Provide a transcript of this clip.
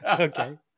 okay